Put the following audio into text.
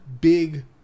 big